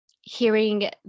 hearing